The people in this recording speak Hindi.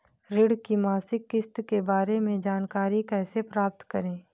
ऋण की मासिक किस्त के बारे में जानकारी कैसे प्राप्त करें?